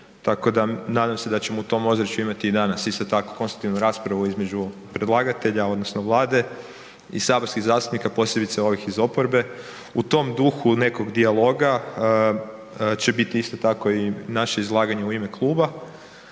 tako da nadam se da ćemo u tom ozračju imati i danas isto tako konstruktivnu raspravu između predlagatelja odnosno Vlade i saborskih zastupnika, posebice ovih iz oporbe. U tom duhu nekog dijaloga će biti isto tako i naše izlaganje u ime kluba